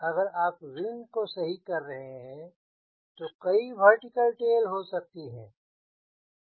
अगर आप विंग को सही कर रहे हैं तो कई वर्टिकल टेल हो सकती हैं